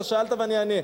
אתה שאלת ואני אענה.